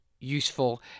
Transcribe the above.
useful